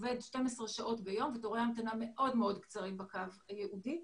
12 שעות ביום ותורי ההמתנה מאוד-מאוד קצרים בקו הייעודי.